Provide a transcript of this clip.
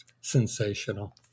sensational